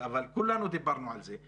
אבל כולנו דיברנו על זה,